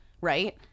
right